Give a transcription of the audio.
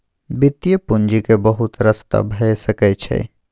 वित्तीय पूंजीक बहुत रस्ता भए सकइ छै